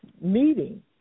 meeting